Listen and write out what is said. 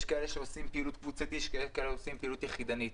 יש כאלה שעושים פעילות קבוצתית ויש כאלה העושים פעילות יחידנית.